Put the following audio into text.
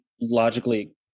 logically